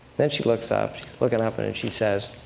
then she looks up, she's looking up, and and she says,